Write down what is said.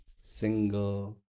single